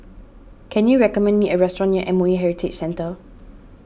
can you recommend me a restaurant near M O E Heritage Centre